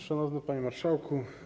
Szanowny Panie Marszałku!